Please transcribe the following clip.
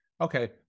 Okay